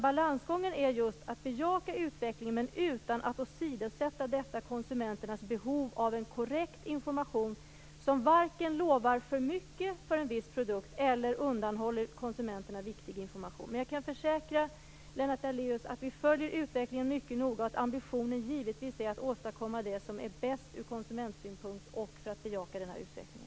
Balansgången är att bejaka utvecklingen utan att åsidosätta konsumenternas behov av en korrekt information, som varken lovar för mycket av en viss produkt eller undanhåller konsumenterna viktig information. Men jag kan försäkra Lennart Daléus att vi följer utvecklingen mycket noga och att ambitionen givetvis är att åstadkomma det som är bäst ur konsumentsynpunkt och att bejaka denna utveckling.